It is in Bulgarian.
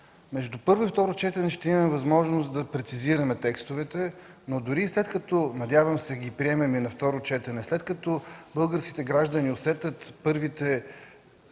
Между първо и второ четене ще имаме възможност да прецизираме текстовете, но дори и след като, надявам се, ги приемем на второ четене, след като българските граждани усетят първата